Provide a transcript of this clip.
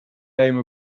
name